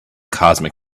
cosmic